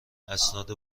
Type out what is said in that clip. اسناد